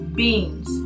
beans